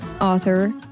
author